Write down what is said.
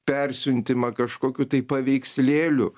persiuntimą kažkokių tai paveikslėlių